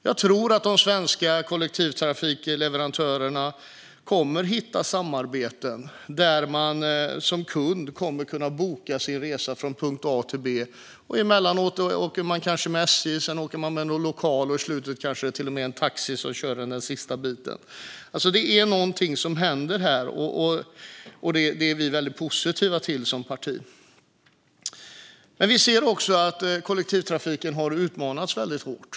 Jag tror att de svenska kollektivtrafikleverantörerna kommer att hitta samarbeten där man som kund kommer att kunna boka sin resa från punkt A till punkt B. Emellanåt åker man kanske med SJ, sedan åker man med något lokalt och i slutet är det kanske till och med en taxi som kör en den sista biten. Det är något som händer här, och det är vi som parti väldigt positiva till. Men vi ser också att kollektivtrafiken har utmanats väldigt hårt.